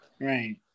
Right